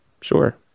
Sure